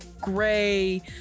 gray